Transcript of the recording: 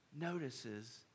notices